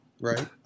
right